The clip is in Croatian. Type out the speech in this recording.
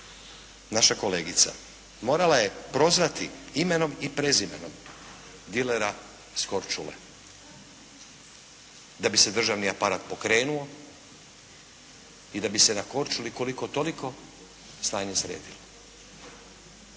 naša kolegica, morala je prozvati imenom i prezimenom dilera s Korčule da bi se državni aparat pokrenuo i da bi se na Korčuli koliko-toliko stanje sredilo.